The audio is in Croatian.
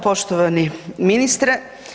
Poštovani ministre.